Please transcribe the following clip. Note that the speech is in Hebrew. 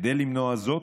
כדי למנוע זאת,